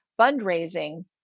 fundraising